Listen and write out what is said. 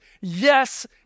Yes